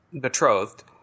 betrothed